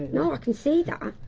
no, i can see that!